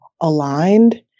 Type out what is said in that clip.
aligned